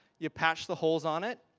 you patch the holes on it.